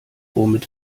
womit